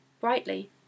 brightly